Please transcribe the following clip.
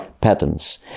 patterns